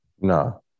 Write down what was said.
No